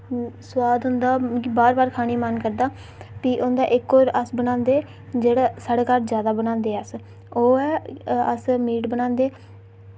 स्वाद होंदा मिकी बार बार खाने ई मन करदा फ्ही होंदा इक और अस बनांदे जेह्ड़ा साढ़े घर ज्यादा बनांदे अस ओह् ऐ अस मीट बनांदे